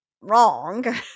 wrong